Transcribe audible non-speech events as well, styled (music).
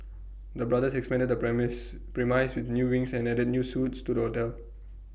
the brothers expanded the (unintelligible) mix premise with new wings and added new suites to the hotel